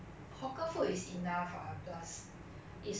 ya lor you can save a lot by going to hawker also